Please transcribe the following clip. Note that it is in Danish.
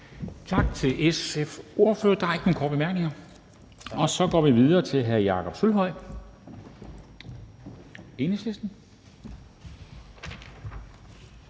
Tak til SF's ordfører. Der er ikke nogen korte bemærkninger, og så går vi videre til hr. Jakob Sølvhøj, Enhedslisten.